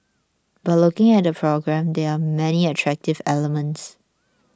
but looking at the programme there are many attractive elements